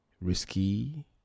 risky